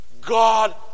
God